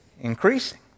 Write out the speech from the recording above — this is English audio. Increasing